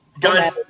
Guys